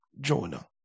Jonah